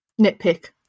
nitpick